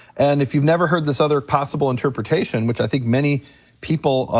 and if you've never heard this other possible interpretation which i think many people,